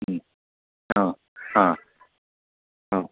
हां हां